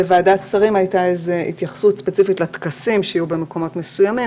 בוועדת שרים הייתה התייחסות ספציפית לכנסים שיהיו במקומות מסוימים,